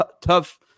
Tough